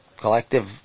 Collective